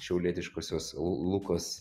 šiaulietiškosios lukos